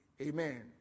Amen